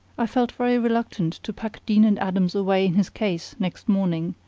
i felt very reluctant to pack deane and adams away in his case next morning,